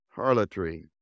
harlotry